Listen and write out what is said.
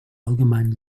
allgemeinen